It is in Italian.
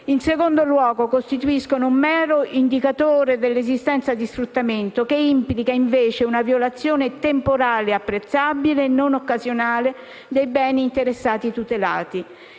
In secondo luogo, essi costituiscono un mero indicatore dell'esistenza di sfruttamento, che implica, invece, una violazione temporalmente apprezzabile e non occasionale dei beni interessati e tutelati.